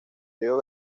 río